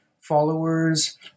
followers